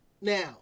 Now